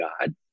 God